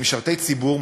כמשרתי ציבור,